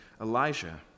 Elijah